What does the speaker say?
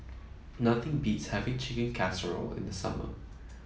nothing beats having Chicken Casserole in the summer